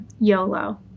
YOLO